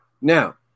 Now